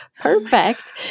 perfect